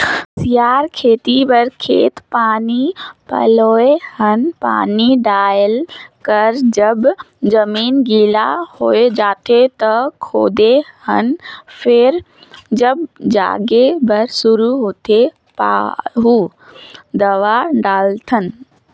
कुसियार खेती बर खेत पानी पलोए हन पानी डायल कर जब जमीन गिला होए जाथें त खोदे हन फेर जब जागे बर शुरू होथे पाहु दवा डालथन